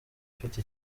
ifite